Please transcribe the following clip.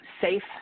Safe